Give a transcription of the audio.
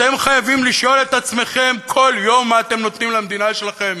אתם חייבים לשאול את עצמכם כל יום מה אתם נותנים למדינה שלכם,